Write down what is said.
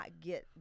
get